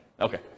okay